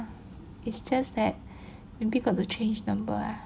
it's just that maybe got to change number ah